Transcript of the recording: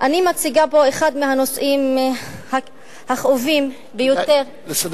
אני מציגה פה אחד מהנושאים הכאובים ביותר בחיי